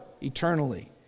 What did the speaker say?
eternally